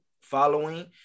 following